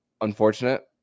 unfortunate